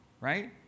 right